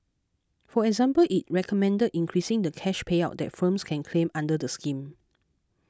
for example it recommended increasing the cash payout that firms can claim under the scheme